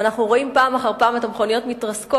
ואנחנו רואים פעם אחר פעם את המכוניות מתרסקות,